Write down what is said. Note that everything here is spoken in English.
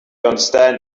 understand